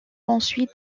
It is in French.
ensuite